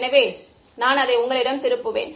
எனவே நான் அதை உங்களிடம் திருப்புவேன்